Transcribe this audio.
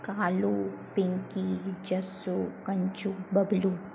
Kalu Pinki Jassu Kanchu Bablu